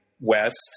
West